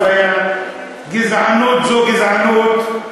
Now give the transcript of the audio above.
יש עוד הרבה דברים חשובים היום.